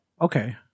okay